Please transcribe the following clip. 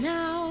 Now